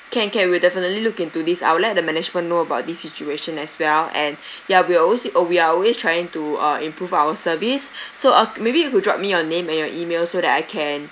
can can we'll definitely look into this I'll let the management know about this situation as well and yeah we're always uh we are always trying to uh improve our service so uh maybe you could drop me your name and your email so that I can